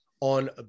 on